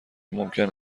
ممکن